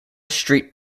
street